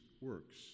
works